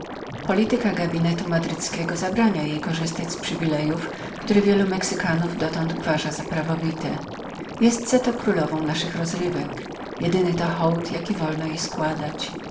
polityka gabinetu madryckiego zabrania jej uwieczniać te prawa które wielu mexykanów dotąd uważa za prawowite natomiast jest ona królową naszych rozrywek jedyny to hołd jaki wolno jej składać